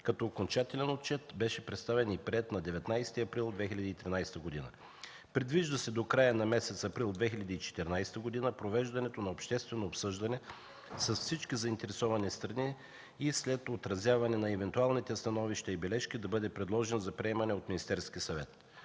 като окончателен отчет беше представен и приет на 19 април 2013 г. Предвижда се до края на месец април 2014 г. провеждането на обществено обсъждане с всички заинтересовани страни и след отразяване на евентуалните становища и бележки да бъде предложен за приемане от Министерския съвет.